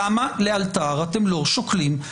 למה לאלתר אתם לא שוקלים?